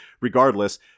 regardless